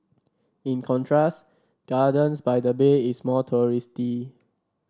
in contrast Gardens by the Bay is more touristy